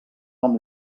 amb